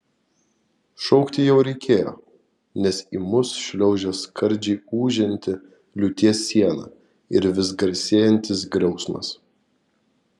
šaukti jau reikėjo nes į mus šliaužė skardžiai ūžianti liūties siena ir vis garsėjantis griausmas